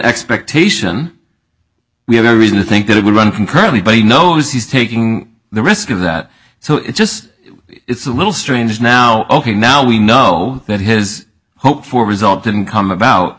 expectation we have no reason to think that it would run concurrently but he knows he's taking the risk of that so it's just it's a little strange now ok now we know that his hope for result didn't come about